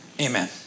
amen